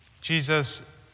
Jesus